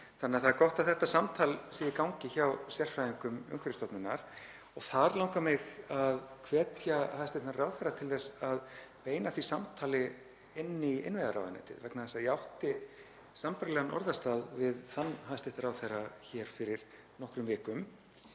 þannig að það er gott að þetta samtal sé í gangi hjá sérfræðingum Umhverfisstofnunar. Þar langar mig að hvetja hæstv. ráðherra til þess að beina því samtali inn í innviðaráðuneytið vegna þess að ég átti sambærilegan orðastað við þann hæstv. ráðherra hér fyrir nokkrum vikum